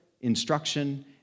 instruction